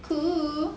cool